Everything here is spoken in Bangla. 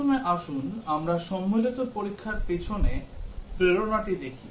প্রথমে আসুন আমরা সম্মিলিত পরীক্ষার পিছনে প্রেরণাটি দেখি